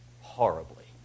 horribly